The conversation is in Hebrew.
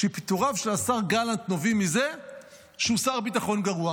שפיטוריו של השר גלנט נובעים מזה שהוא שר ביטחון גרוע.